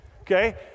Okay